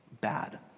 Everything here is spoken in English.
bad